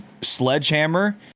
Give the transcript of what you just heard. Sledgehammer